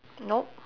nope